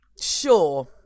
Sure